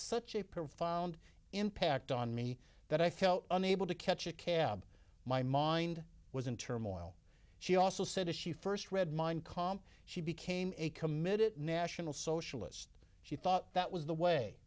such a profound impact on me that i felt unable to catch a cab my mind was in turmoil she also said that she first read mine com she became a committed national socialist she thought that was the way